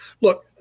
look